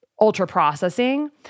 ultra-processing